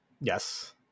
Yes